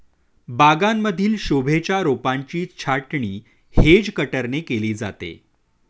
बागांमधील शोभेच्या रोपांची छाटणी हेज कटरने केली जाते